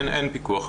אין פיקוח.